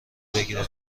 بگیره